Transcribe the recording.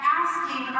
asking